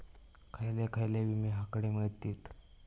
खयले खयले विमे हकडे मिळतीत?